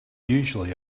usually